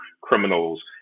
criminals